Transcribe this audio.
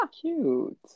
Cute